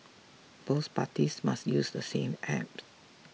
both parties must use the same app